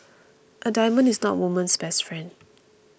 a diamond is not a woman's best friend